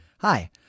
Hi